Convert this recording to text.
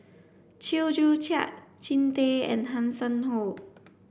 Chew Joo Chiat Jean Tay and Hanson Ho